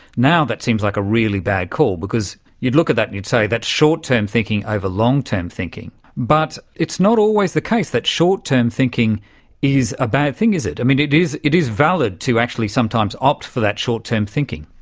now that seems like a really bad call because you'd look at that and you'd say that's short-term thinking over long-term thinking. but it's not always the case, that short-term thinking is a bad thing, is it. and it is it is valid to actually sometimes opt for that short-term thinking.